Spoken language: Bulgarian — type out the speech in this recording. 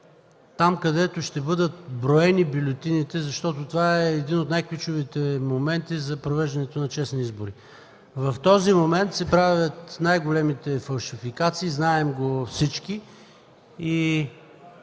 там, където ще бъдат броени бюлетините, защото това е един от най-ключовите моменти за провеждането на честни избори. В този момент се правят най-големите фалшификации. Знаем го всички.